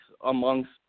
amongst